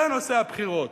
זה נושא הבחירות.